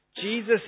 Jesus